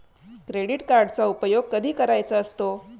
Credit कार्डचा उपयोग कधी करायचा असतो?